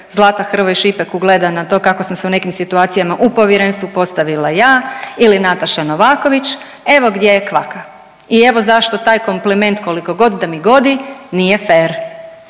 Zlata Hrvoj-Šipek ugleda na to kako sam se u nekim situacijama u povjerenstvu postavila ja ili Nataša Novaković, evo gdje je kvaka i evo zašto taj kompliment koliko god da mi godi nije fer.